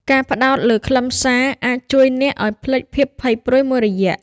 ការផ្តោតលើខ្លឹមសារអាចជួយអ្នកឱ្យភ្លេចភាពភ័យព្រួយមួយរយៈ។